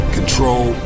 Control